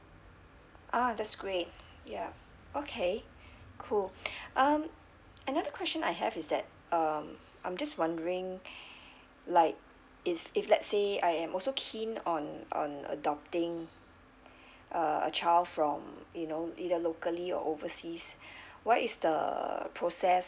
ah that's great yup okay cool um another question I have is that um I'm just wondering like if if let's say I am also keen on um adopting uh a child from you know either locally or overseas what is the process